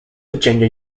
virginia